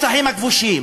בשטחים הכבושים,